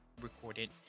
recorded